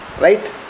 right